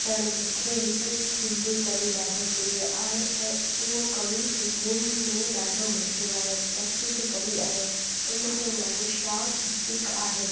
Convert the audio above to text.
पिण मुखे हिकु सिंधी कवि ॾाढो प्रिय आहे ऐं उहो कवि सिंधियुनि में ॾाढो मशहूर आहे प्रसिद्ध कवि आहे हुन जो नालो शाह लतीफ़ु आहे